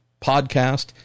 podcast